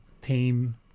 team